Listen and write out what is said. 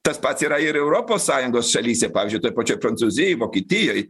tas pats yra ir europos sąjungos šalyse pavyzdžiui toj pačioj prancūzijoj vokietijoj